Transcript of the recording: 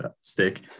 stick